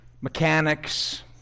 Mechanics